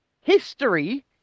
history